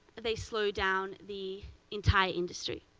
they slow down the entire industry.